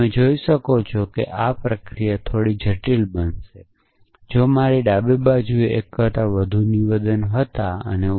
હવે તમે જોઈ શકો છો કે જો ડાબી બાજુએ એક કરતાં વધુ નિવેદનો હોય તો આ પ્રક્રિયા થોડીક જટિલ બનશે